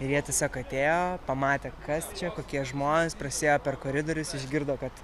ir jie tiesiog atėjo pamatė kas čia kokie žmonės prasiėjo per koridorius išgirdo kad